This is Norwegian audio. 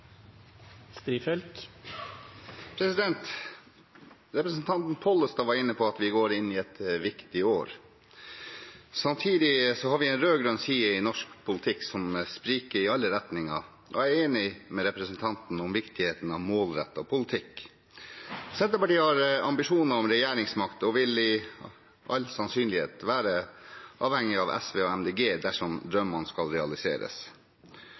Representanten Pollestad var inne på at vi går inn i et viktig år. Samtidig har vi en rød-grønn side i norsk politikk som spriker i alle retninger. Jeg er enig med representanten om viktigheten av målrettet politikk. Senterpartiet har ambisjoner om regjeringsmakt og vil med all sannsynlighet være avhengig av SV og Miljøpartiet De Grønne dersom drømmene skal realiseres.